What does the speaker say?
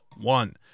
one